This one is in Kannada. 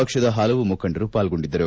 ಪಕ್ಷದ ಪಲವು ಮುಖಂಡರು ಪಾಲ್ಗೊಂಡಿದ್ದರು